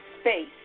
space